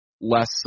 less